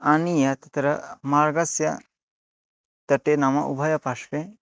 आनीय तत्र मार्गस्य तटे नाम उभयपार्श्वे